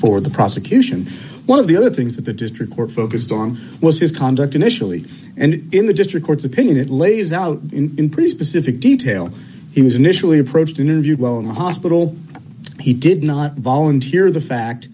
for the prosecution one of the other things that the district court focused on was his conduct initially and in the just records opinion it lays out in pretty specific detail he was initially approached interviewed well in the hospital he did not volunteer the fact